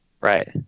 right